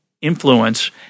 influence